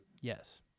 Yes